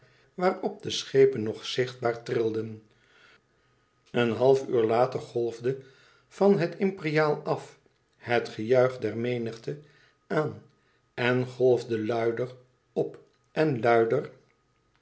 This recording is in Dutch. waarop de schepen nog zichtbaar trilden een half uur daarna golfde als van het imperiaal af het gejuich der menigte aan en golfde luider op en luider